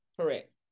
Correct